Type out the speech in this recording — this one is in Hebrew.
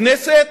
הכנסת,